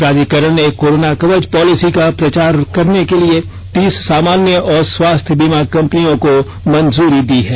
प्राधिकरण ने corona Kavach policy का प्रचार करने के लिए तीस सामान्य और स्वास्थ्य बीमा कंपनियों को मंजूरी दी है